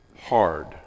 hard